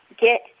get